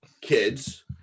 kids